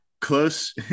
close